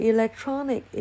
Electronic